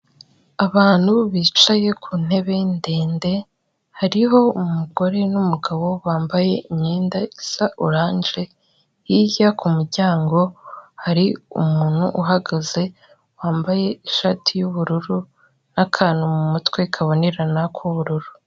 Abantu bicaye ku ntebe ndende hariho umugore n'umugabo bambaye imyenda isa oranje hirya ku muryango hari umuntu uhagaze wambaye ishati y'ubururu n'akantu mu mutwe kabonerana k'ubururu.